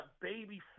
baby